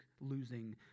losing